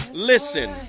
Listen